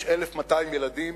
יש 1,200 ילדים